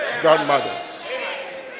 grandmothers